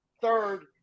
third